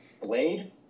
Blade